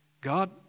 God